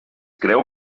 creu